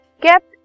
kept